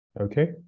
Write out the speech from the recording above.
Okay